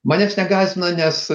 manęs negąsdina nes